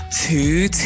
Two